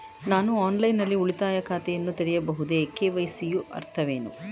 ನಾನು ಆನ್ಲೈನ್ ನಲ್ಲಿ ಉಳಿತಾಯ ಖಾತೆಯನ್ನು ತೆರೆಯಬಹುದೇ? ಕೆ.ವೈ.ಸಿ ಯ ಅರ್ಥವೇನು?